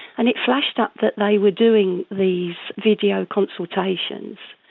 and it flashed up that they were doing these video consultations.